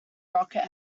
rocket